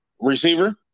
Receiver